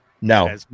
No